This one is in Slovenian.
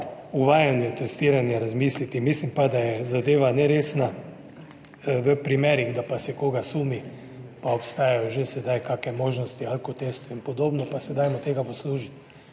uvajanju testiranja razmisliti. Mislim pa, da je zadeva neresna. V primerih, da pa se koga sumi, pa obstajajo že sedaj kakšne možnosti alkotestov in podobno, pa se dajmo tega poslužiti.